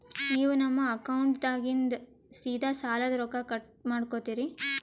ನೀವು ನಮ್ಮ ಅಕೌಂಟದಾಗಿಂದ ಸೀದಾ ಸಾಲದ ರೊಕ್ಕ ಕಟ್ ಮಾಡ್ಕೋತೀರಿ?